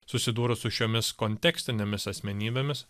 susidūrus su šiomis kontekstinėmis asmenybėmis